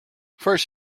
first